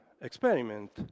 experiment